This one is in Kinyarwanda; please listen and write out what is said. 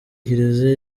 kiliziya